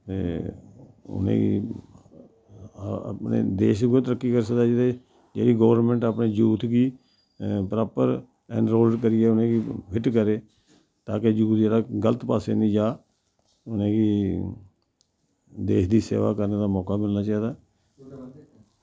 ते उनेंगी अपने देश उऐ तरक्की करी सकदा जित्थें जेह्ड़ी गौरमैंट अपने जूथ गी प्रापर एनरोल करिया उनेंगी फिट्ट करे ताकि जूथ जेह्ड़ा गल्त पास्से निं जा उनेगी देश दी सेवा करने दा मौका मिलना चाहिदा